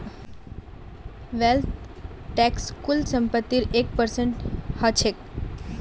wealth tax कुल संपत्तिर एक परसेंट ह छेक